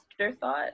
afterthought